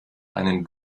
einen